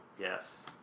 yes